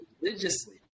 religiously